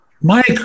Mike